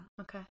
okay